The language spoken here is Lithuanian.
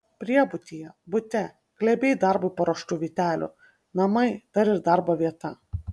priebutyje bute glėbiai darbui paruoštų vytelių namai dar ir darbo vieta